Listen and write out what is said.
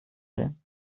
will